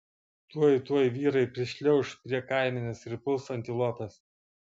tuoj tuoj vyrai prišliauš prie kaimenės ir puls antilopes